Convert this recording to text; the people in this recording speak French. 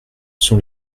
sont